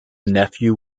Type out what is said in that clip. nephew